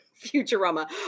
Futurama